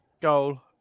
Goal